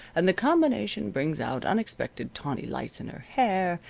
and the combination brings out unexpected tawny lights in her hair,